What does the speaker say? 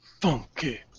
Funky